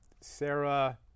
Sarah